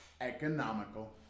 Economical